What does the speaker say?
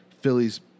Phillies